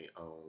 own